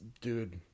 dude